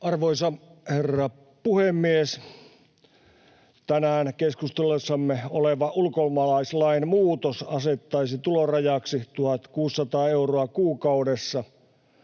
Arvoisa herra puhemies! Tänään keskustelussamme oleva ulkomaalaislain muutos asettaisi tulorajaksi 1 600 euroa kuukaudessa,